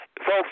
folks